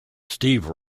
steve